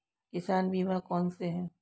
किसान बीमा कौनसे हैं?